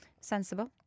Sensible